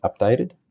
updated